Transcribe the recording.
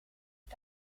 met